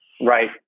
Right